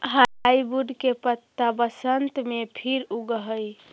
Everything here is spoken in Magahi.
हार्डवुड के पत्त्ता बसन्त में फिर उगऽ हई